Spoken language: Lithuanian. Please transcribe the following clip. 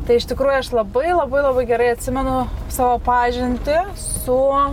tai iš tikrųjų aš labai labai labai gerai atsimenu savo pažintį su